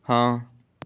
ਹਾਂ